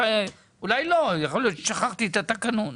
אולי לא, יכול להיות ששכחתי את התקנון.